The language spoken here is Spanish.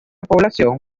población